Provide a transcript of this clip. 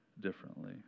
differently